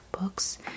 books